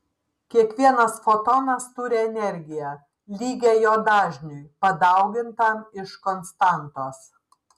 kiekvienas fotonas turi energiją lygią jo dažniui padaugintam iš konstantos